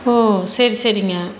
ஓ சரி சரிங்க